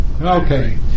Okay